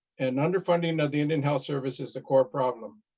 and underfunding of the indian health service is the core problem.